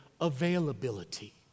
availability